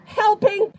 helping